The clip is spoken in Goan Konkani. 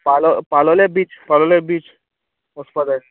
पालो पालोले बीच पालोले बीच वोसपा जाय